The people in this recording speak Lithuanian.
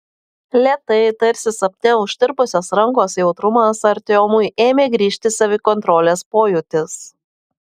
lėtai tarsi sapne užtirpusios rankos jautrumas artiomui ėmė grįžti savikontrolės pojūtis